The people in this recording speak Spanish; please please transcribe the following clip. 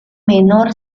menor